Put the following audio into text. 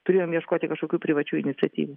turėjom ieškoti kažkokių privačių iniciatyvų